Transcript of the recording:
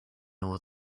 all